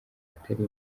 atari